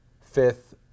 Fifth